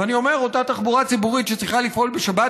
ואני אומר: אותה תחבורה ציבורית שצריכה לפעול בשבת,